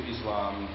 Islam